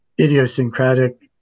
idiosyncratic